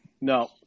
No